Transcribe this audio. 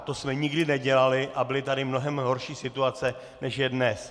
To jsme nikdy nedělali, a byly tady mnohem horší situace než je dnes.